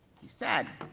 he said,